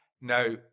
Now